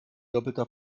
doppelter